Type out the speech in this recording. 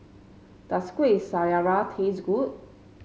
does Kuih Syara taste good